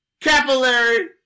capillary